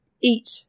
eat